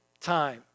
time